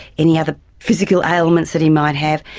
any other physical ailments that he might have.